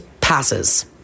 passes